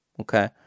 okay